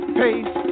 pace